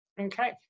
Okay